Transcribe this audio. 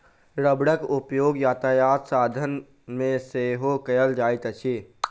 रबड़क उपयोग यातायातक साधन मे सेहो कयल जाइत अछि